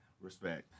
respect